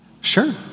Sure